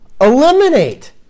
eliminate